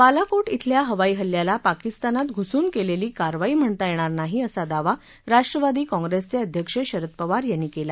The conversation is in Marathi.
बालाकोट अल्या हवाई हल्ल्याला पाकिस्तानात घुसून केलेली कारवाई म्हणता येणार नाही असा दावा राष्ट्रवादी काँग्रेसचे अध्यक्ष शरद पवार याती केला